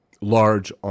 Large